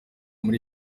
muri